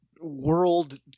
World